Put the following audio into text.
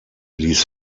ließ